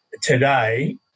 today